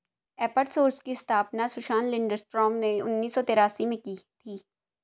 एपर सोर्स की स्थापना सुसान लिंडस्ट्रॉम ने उन्नीस सौ तेरासी में की थी